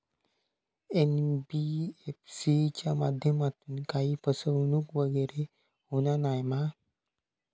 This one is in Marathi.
एन.बी.एफ.सी च्या माध्यमातून काही फसवणूक वगैरे होना नाय मा?